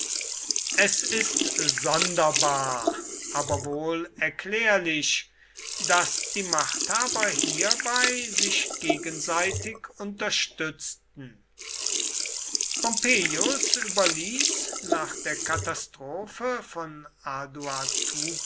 es ist sonderbar aber wohl erklärlich daß die machthaber hierbei sich gegenseitig unterstützten pompeius überließ nach der katastrophe von